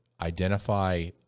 identify